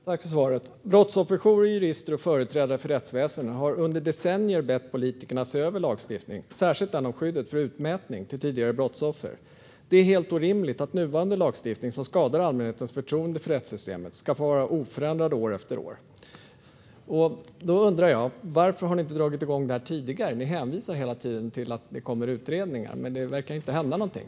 Fru talman! Jag tackar för svaret. Brottsofferjourer, jurister och företrädare för rättsväsendet har under decennier bett politikerna se över lagstiftningen, särskilt den om skyddet mot utmätning till tidigare brottsoffer. Det är helt orimligt att nuvarande lagstiftning, som skadar allmänhetens förtroende för rättssystemet, ska få vara oförändrad år efter år. Varför har ni inte dragit igång det här tidigare? Ni hänvisar hela tiden till att det kommer utredningar, men det verkar inte hända någonting.